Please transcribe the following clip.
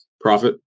profit